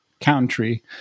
country